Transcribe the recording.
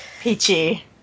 peachy